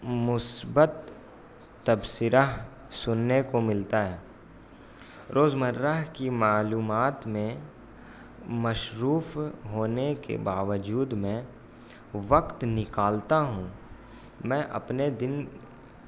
مثبت تبصرہ سننے کو ملتا ہے روز مرہ کی معلومات میں مصروف ہونے کے باوجود میں وقت نکالتا ہوں میں اپنے دن